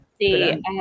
see